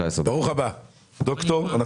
בשעה 18:14 ונתחדשה בשעה 18:19.) אנחנו מחדשים